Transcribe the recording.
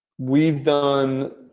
we've done